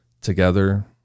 Together